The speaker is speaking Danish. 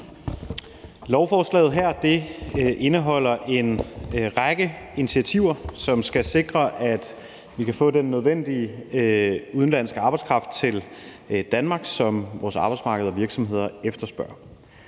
Lovforslaget her indeholder en række initiativer, som skal sikre, at vi kan få den nødvendige udenlandske arbejdskraft til Danmark, som vores arbejdsmarked og virksomheder efterspørger.